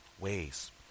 ways